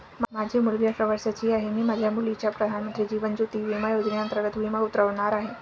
माझी मुलगी अठरा वर्षांची आहे, मी माझ्या मुलीचा प्रधानमंत्री जीवन ज्योती विमा योजनेअंतर्गत विमा उतरवणार आहे